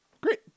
Great